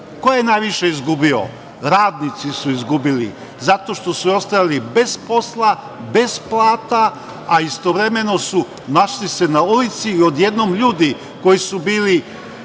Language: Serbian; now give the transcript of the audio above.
je najviše izgubio? Radnici su izgubili zato što su ostajali bez posla, bez plata, a istovremeno su se našli na ulici i odjednom ljudi koji su bili